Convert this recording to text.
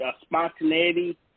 spontaneity